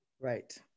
Right